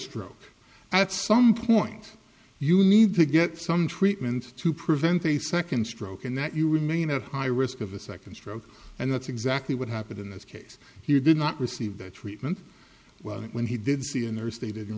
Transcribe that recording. stroke at some point you need to get some treatment to prevent a second stroke and that you remain at high risk of a second stroke and that's exactly what happened in this case you did not receive the treatment well when he did see and there is they didn't